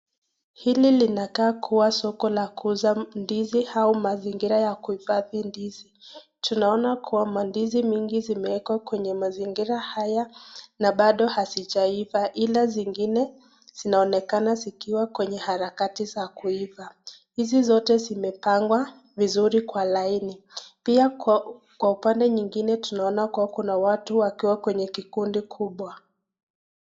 Hili linakaa kuwa soko la kuuza ndizi au mazingira ya kuifadhi ndizi. Tunaona kuwa mandizi mingi zimewekwa kwenye mazingira haya, na bado hazijiava, ila zingine zinaonekana zikiwa kwenye harakati za kuiva. Hizi zote zimepangwa vizuri kwa laini. Pia kwa upande nyingine tunaona kuwa kuna watu wakiwa kwenye kikundi kubwa.